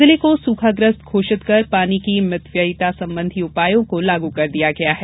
जिले को सूखाग्रस्त घोषित कर पानी की मितव्ययिता संबंधी उपायों को लागू कर दिया गया है